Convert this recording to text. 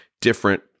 different